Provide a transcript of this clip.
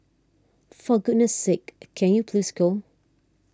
for goodness sake can you please go